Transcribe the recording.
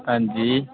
हां जी